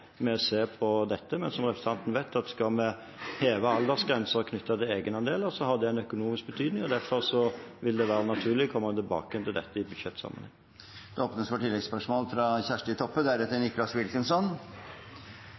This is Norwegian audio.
å se på dette. Men som representanten vet: Skal vi heve aldersgrenser knyttet til egenandeler, har det en økonomisk betydning. Derfor vil det være naturlig å komme tilbake til dette i budsjettsammenheng. Det åpnes for oppfølgingsspørsmål – først Kjersti Toppe.